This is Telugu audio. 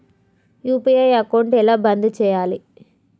యూ.పీ.ఐ అకౌంట్ ఎలా బంద్ చేయాలి?